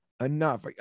enough